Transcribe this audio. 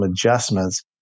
adjustments